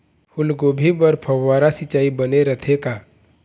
फूलगोभी बर फव्वारा सिचाई बने रथे का?